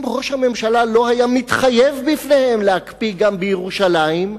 אם ראש הממשלה לא היה מתחייב לפניהם להקפיא גם בירושלים,